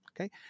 okay